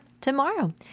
tomorrow